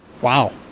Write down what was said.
wow